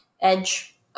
edge